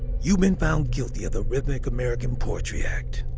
you been found guilty of the rhythmic american poetry act